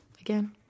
again